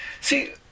See